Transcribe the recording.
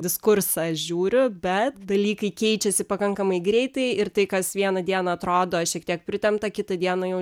diskursą žiūriu bet dalykai keičiasi pakankamai greitai ir tai kas vieną dieną atrodo šiek tiek pritempta kitą dieną jau